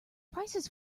prices